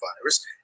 virus